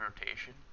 rotation